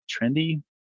trendy